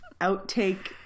outtake